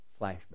Flashback